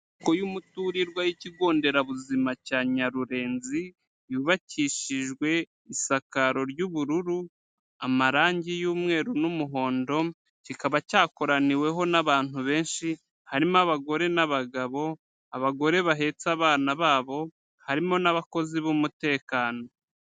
Inyubako y'umuturirwa y'ikigo nderabuzima cya Nyarurenzi yubakishijwe isakaro ry'ubururu, amarangi y'umweru n'umuhondo kikaba cyakoraniweho n'abantu benshi harimo abagore n'abagabo abagore bahetse abana babo, harimo n'abakozi b'umutekano.